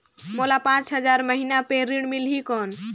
मोला पांच हजार महीना पे ऋण मिलही कौन?